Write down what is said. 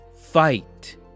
fight